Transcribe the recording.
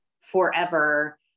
forever